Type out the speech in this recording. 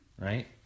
Right